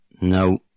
No